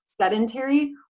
sedentary